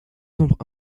nombre